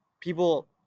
people